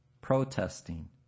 protesting